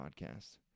podcast